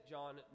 John